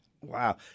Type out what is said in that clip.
Wow